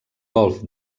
golf